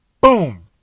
boom